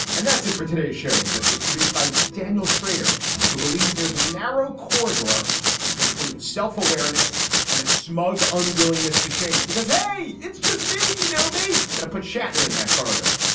and that's it for today's show that just was produced by daniel schrader who believes there is a narrow corridor between self-awareness and a smug unwillingness to change because hey it's just me you know me going to put shatner in that corridor.